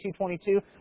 2.22